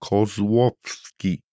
Kozłowski